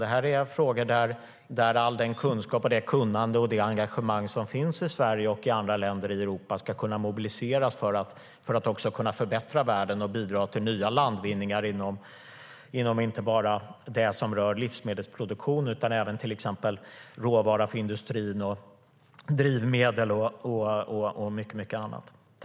Detta är frågor där all den kunskap, det kunnande och det engagemang som finns i Sverige och i andra länder i Europa ska kunna mobiliseras för att också kunna förbättra världen och bidra till nya landvinningar. Det gäller inte bara det som rör livsmedelsproduktionen utan även till exempel råvara för industrin, drivmedel och mycket annat.